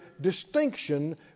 distinction